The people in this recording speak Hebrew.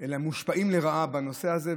אלא הם מושפעים לרעה בנושא הזה,